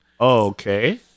Okay